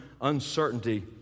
uncertainty